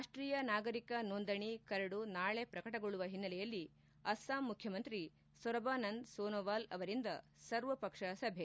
ರಾಷ್ಷೀಯ ನಾಗರಿಕ ನೋಂದಣಿ ಕರಡು ನಾಳೆ ಪ್ರಕಟಗೊಳ್ಳುವ ಹಿನ್ನೆಲೆಯಲ್ಲಿ ಅಸ್ಲಾಂ ಮುಖ್ಯಮಂತ್ರಿ ಸೊರಬಾನಂದ ಸೋನುವಾಲ್ ಅವರಿಂದ ಸರ್ವ ಪಕ್ಷ ಸಭೆ